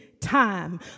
time